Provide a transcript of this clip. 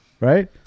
right